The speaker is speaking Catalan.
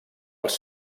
els